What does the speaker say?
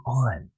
on